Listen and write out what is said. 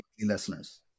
listeners